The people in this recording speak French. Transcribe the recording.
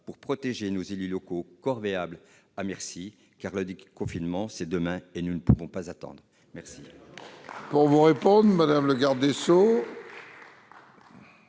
pour protéger nos élus locaux corvéables à merci, car le déconfinement, c'est demain, et nous ne pouvons pas attendre. La